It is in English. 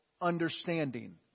understanding